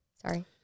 Sorry